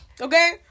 Okay